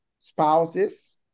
spouses